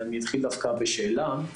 אני אתחיל דווקא בשאלה.